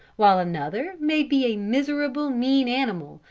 while another may be a miserable, mean animal,